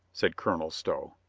said colonel stow.